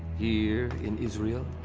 here in israel.